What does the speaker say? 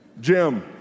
Jim